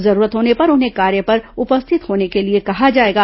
जरूरत होने पर उन्हें कार्य पर उपस्थित होने के लिए कहा जाएगा